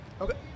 Okay